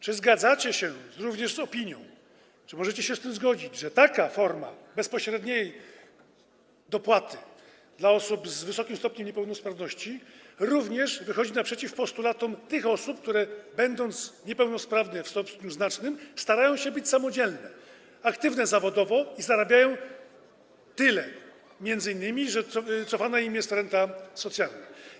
Czy zgadzacie się z opinią, czy możecie się zgodzić z tym, że taka forma bezpośredniej dopłaty dla osób z wysokim stopniem niepełnosprawności również wychodzi naprzeciw postulatom tych osób, które będąc niepełnosprawne w stopniu znacznym, starają się być samodzielne, aktywne zawodowo i m.in. zarabiają tyle, że cofana im jest renta socjalna?